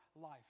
life